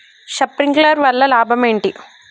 Sprinkler వల్ల లాభం ఏంటి?